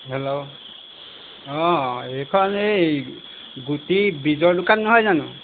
hello অঁ এইখন এই গুটি বীজৰ দোকান নহয় জানো